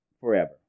forever